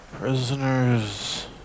prisoners